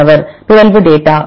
மாணவர் பிறழ்வு டேட்டா